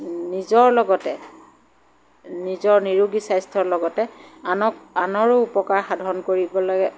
নিজৰ লগতে নিজৰ নিৰোগী স্বাস্থ্যৰ লগতে আনক আনৰো উপকাৰ সাধন কৰিবলৈ